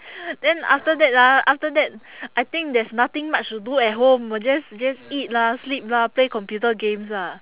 then after that ah after that I think there's nothing much to do at home just just eat lah sleep lah play computer games ah